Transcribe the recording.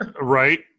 Right